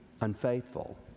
unfaithful